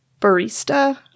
barista